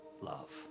love